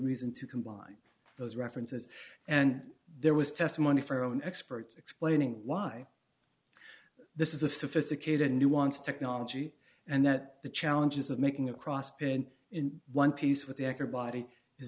reason to combine those references and there was testimony from our own experts explaining why this is a sophisticated nuanced technology and that the challenges of making a cross been in one piece with the anchor body is